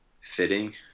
fitting